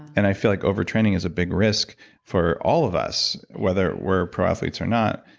and i feel like over-training is a big risk for all of us, whether we're pro athletes or not.